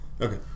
Okay